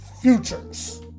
futures